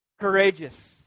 courageous